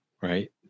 right